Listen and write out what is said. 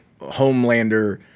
Homelander –